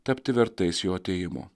tapti vertais jo atėjimo